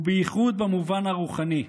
ובייחוד במובן הרוחני.